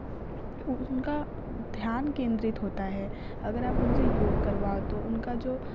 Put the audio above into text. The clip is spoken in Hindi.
वह उनका ध्यान केन्द्रित करना है अगर आप उनसे योग करवाओ तो उनका जो